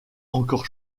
encore